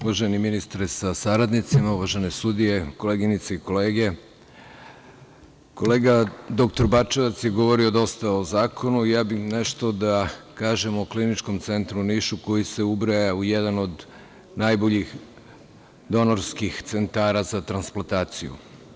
Uvaženi ministre sa saradnicima, uvažene sudije, koleginice i kolege, kolega dr Bačevac je govorio dosta o zakonu, a ja bih nešto da kažem o Kliničkom centru u Nišu koji se ubraja u jedan od najboljih donorskih centara za transplataciju.